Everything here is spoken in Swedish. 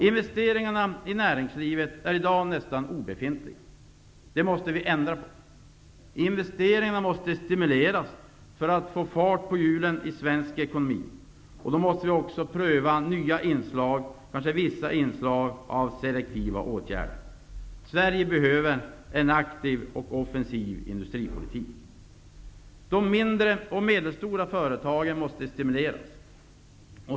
Investeringarna i näringslivet är i dag nästan obefintliga. Det måste vi ändra på. Investeringarna måste stimuleras för att vi skall få fart på hjulen i svensk ekonomi. Då måste vi också pröva vissa selektiva åtgärder. Sverige behöver en aktiv och offensiv industripolitik. De mindre och medelstora företagen måste stimuleras.